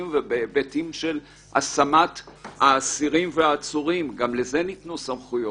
ובהיבטים של השמת האסירים והעצורים גם לזה ניתנו סמכויות.